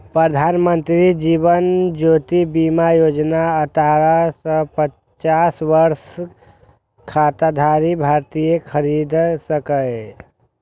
प्रधानमंत्री जीवन ज्योति बीमा योजना अठारह सं पचास वर्षक खाताधारी भारतीय खरीद सकैए